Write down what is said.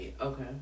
Okay